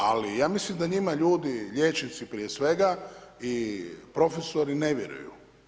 Ali, ja mislim da njima ljudi, liječnici, prije svega i profesori ne vjeruju.